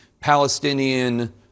Palestinian